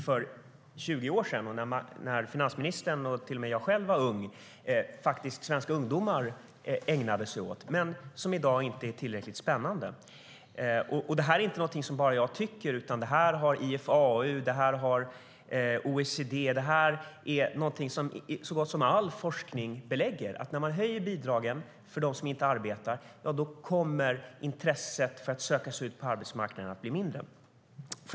För 20 år sedan, när finansministern och till och med jag var unga, var bärplockning något som svenska ungdomar ägnade sig åt. Men i dag är det inte tillräckligt spännande. Det här är inte bara någonting som jag tycker. Det här är någonting som IFAU, OECD och så gott som all forskning belägger. När man höjer bidragen för dem som inte arbetar kommer intresset för att söka sig ut på arbetsmarknaden att bli mindre.